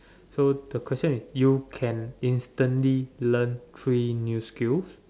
so the question is you can instantly learn three new skills